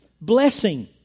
Blessing